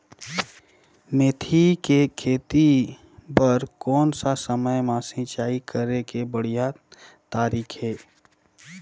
मेथी के खेती बार कोन सा समय मां सिंचाई करे के बढ़िया तारीक हे?